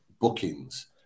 bookings